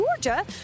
Georgia